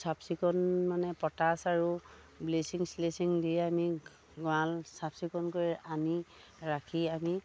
চাফচিকুণ মানে পটাছ আৰু ব্লিচিং শ্লিচিং দি আমি গড়াল চাফচিকুণ কৰি আনি ৰাখি আমি